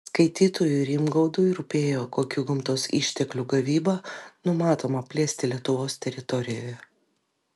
skaitytojui rimgaudui rūpėjo kokių gamtos išteklių gavybą numatoma plėsti lietuvos teritorijoje